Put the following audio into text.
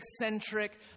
eccentric